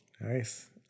nice